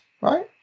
right